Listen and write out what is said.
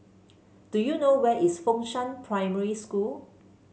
do you know where is Fengshan Primary School